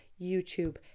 YouTube